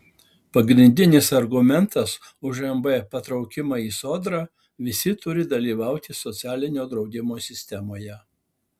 pagrindinis argumentas už mb patraukimą į sodrą visi turi dalyvauti socialinio draudimo sistemoje